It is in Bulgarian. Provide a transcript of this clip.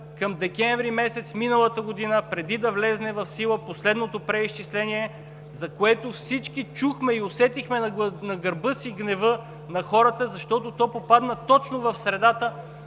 декември миналата година, преди да влезе в сила последното преизчисление, за което всички чухме и усетихме на гърба си гнева на хората, защото то попадна точно в средата